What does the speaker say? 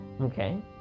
Okay